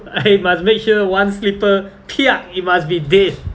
I must make sure one slipper it must be dead